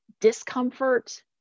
discomfort